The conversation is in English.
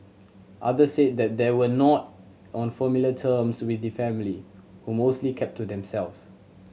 others said that they were not on familiar terms with the family who mostly kept to themselves